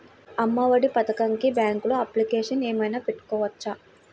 అమ్మ ఒడి పథకంకి బ్యాంకులో అప్లికేషన్ ఏమైనా పెట్టుకోవచ్చా?